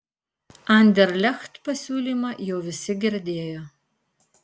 anderlecht pasiūlymą jau visi girdėjo